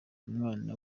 umwana